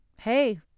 hey